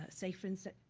ah say for instance,